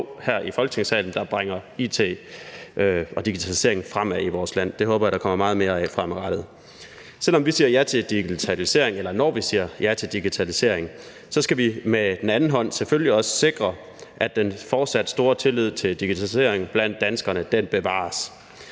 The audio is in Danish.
her i Folketingssalen, der bringer it og digitalisering fremad i vores land. Det håber jeg der kommer meget mere af fremadrettet. Når vi siger ja til digitalisering, skal vi med den anden hånd selvfølgelig også sikre, at den fortsat store tillid til digitalisering blandt danskerne bevares.